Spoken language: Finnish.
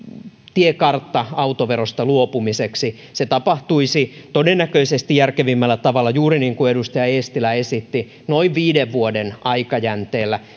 tiekartta autoverosta luopumiseksi se tapahtuisi todennäköisesti järkevimmällä tavalla juuri niin kuin edustaja eestilä esitti noin viiden vuoden aikajänteellä